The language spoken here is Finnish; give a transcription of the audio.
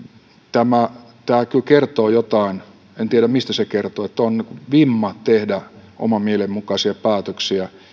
tämä kyllä kertoo jotain en tiedä mistä se kertoo että on vimma tehdä oman mielen mukaisia päätöksiä